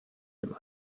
dem